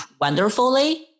wonderfully